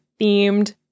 themed